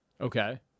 Okay